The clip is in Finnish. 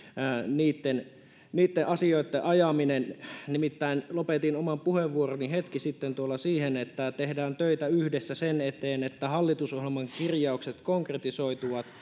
niitten niitten asioitten ajaminen lopetin oman puheenvuoroni hetki sitten tuolla siihen että tehdään töitä yhdessä sen eteen että hallitusohjelman kirjaukset konkretisoituvat